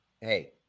Hey